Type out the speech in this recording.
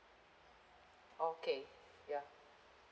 okay ya